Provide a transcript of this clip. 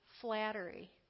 flattery